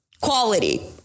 quality